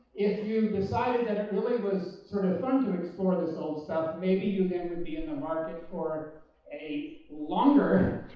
if you decided that it really was sort of fun to explore this old stuff, maybe you then would be in the market for a longer,